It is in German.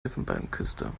elfenbeinküste